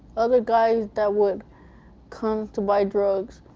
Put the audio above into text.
other guys that would come to buy drugs,